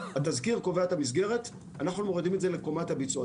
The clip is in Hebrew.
התזכיר קובע את המסגרת ואנחנו מורידים את זה לקומת הביצוע.